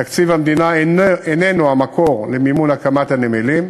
תקציב המדינה איננו המקור למימון הקמת הנמלים,